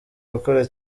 gukora